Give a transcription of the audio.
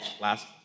last